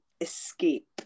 escape